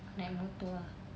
naik motor ah